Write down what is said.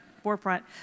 forefront